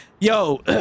yo